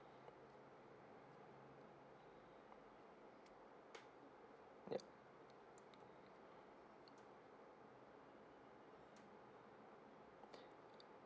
ya